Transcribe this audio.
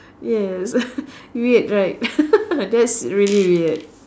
yes weird right that's really weird